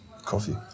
Coffee